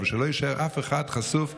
אבל שלא יישאר אף אחד חשוף לפגיעה,